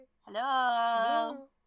Hello